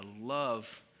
love